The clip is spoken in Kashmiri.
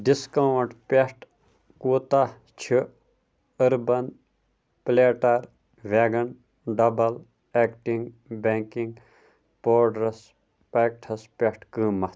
ڈِسکاوُنٛٹ پٮ۪ٹھ کوتاہ چھِ urban platter vegan double acting baking پوڈرَس پیکٹھَس پٮ۪ٹھ قۭمتھ